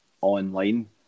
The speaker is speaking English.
online